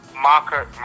market